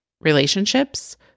relationships